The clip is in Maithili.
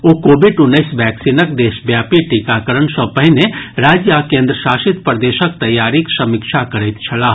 ओ कोविड उन्नैस वैक्सीनक देशव्यापी टीकाकरण सँ पहिने राज्य आ केन्द्र शासित प्रदेशक तैयारीक समीक्षा करैत छलाह